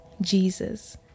jesus